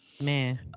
Man